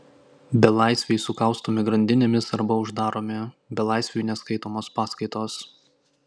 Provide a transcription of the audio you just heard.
belaisviai sukaustomi grandinėmis arba uždaromi belaisviui neskaitomos paskaitos